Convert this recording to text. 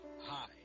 Hi